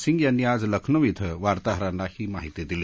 सिंग यांनी आज लखनौ इथं वार्ताहरांना ही माहिती दिली